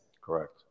correct